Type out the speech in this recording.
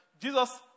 jesus